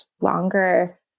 longer